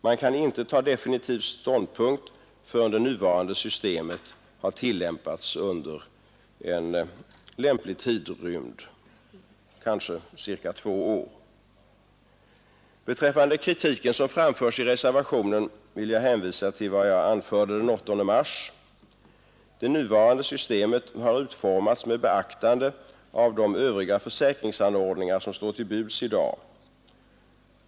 Man kan inte ta definitiv ståndpunkt förrän det nuvarande systemet har tillämpats under en lämplig tidrymd, kanske ca två år. Beträffande kritiken som framförs i reservationen vill jag hänvisa till vad jag anförde den 8 mars. Det nuvarande systemet har utformats med beaktande av de övriga försäkringsanordningar som står till buds i dag.